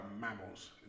mammals